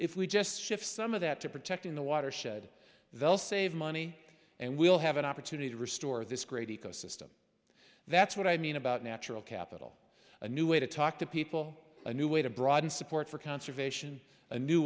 if we just shift some of that to protecting the watershed they'll save money and we'll have an opportunity to restore this great ecosystem that's what i mean about natural capital a new way to talk to people a new way to broaden support for conservation a new